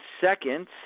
second